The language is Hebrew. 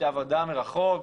שעבודה מרחוק,